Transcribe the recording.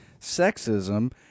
sexism